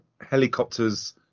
helicopters